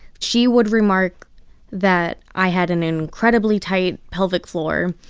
she would remark that i had an incredibly tight pelvic floor.